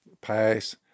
pass